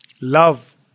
Love